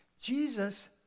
Jesus